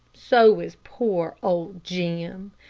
so is poor old jim.